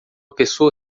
pessoa